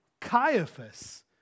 Caiaphas